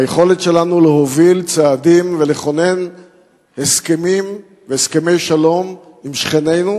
והיכולת שלנו להוביל צעדים ולכונן הסכמים והסכמי שלום עם שכנינו,